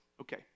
Okay